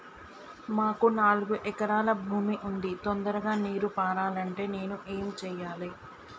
మాకు నాలుగు ఎకరాల భూమి ఉంది, తొందరగా నీరు పారాలంటే నేను ఏం చెయ్యాలే?